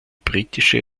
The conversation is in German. britische